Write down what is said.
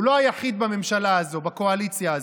הוא לא היחיד בממשלה הזו, בקואליציה הזו.